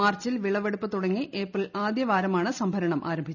മാർച്ചിൽ വിളവെടുപ്പ് തുടങ്ങി ഏപ്രിൽ ആദ്യവാരമാണ് സംഭരണം ആരംഭിച്ചത്